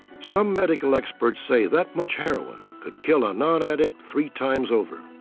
some medical experts say that much heroin could kill a non-addict three times over.